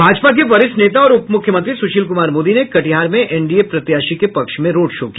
भाजपा के वरिष्ठ नेता और उप मुख्यमंत्री सुशील कुमार मोदी ने कटिहार में एनडीए प्रत्याशी के पक्ष में रोड शो किया